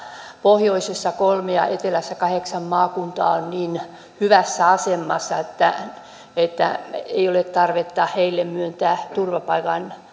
pohjoisessa kolme ja etelässä kahdeksan maakuntaa ovat niin hyvässä asemassa että että ei ole tarvetta heille myöntää